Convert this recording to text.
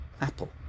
Apple